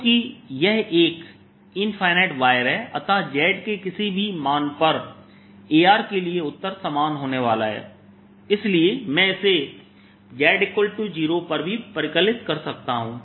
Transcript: चूंकि यह एक इंफिनिटी वायर है अत z के किसी भी मान पर Ar के लिए उत्तर समान होने वाला है इसलिए मैं इसे z 0 पर भी परिकलित कर सकता हूं